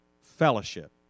fellowship